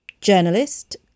journalist